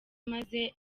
maze